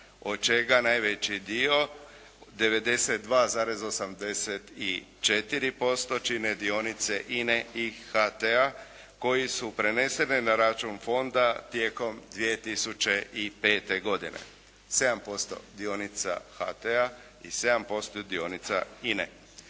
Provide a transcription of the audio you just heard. Od čega najveći dio, 92, 843% čine dionice Ine i HT-a, koje su prenesene na račun Fonda tijekom 2005. godine. 7% dionica HT-a i 7% dionica INE.